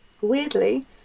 weirdly